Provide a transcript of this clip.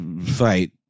fight